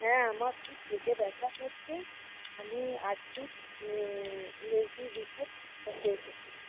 হ্যাঁ আমার খুব পেটে ব্যথা করছে আমি আজকেই ইউএসজি রিপোর্ট করতে এসেছি